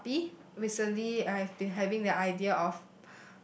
a puppy recently I've been having the idea of